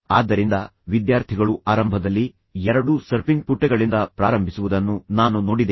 ಆದ್ದರಿಂದ ವಿದ್ಯಾರ್ಥಿಗಳು ಆರಂಭದಲ್ಲಿ ಎರಡು ಸರ್ಫಿಂಗ್ ಪುಟಗಳಿಂದ ಪ್ರಾರಂಭಿಸುವುದನ್ನು ನಾನು ನೋಡಿದ್ದೇನೆ